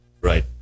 right